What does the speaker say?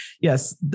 yes